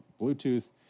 Bluetooth